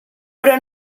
però